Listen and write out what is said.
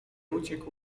uciekł